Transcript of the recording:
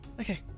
Okay